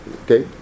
okay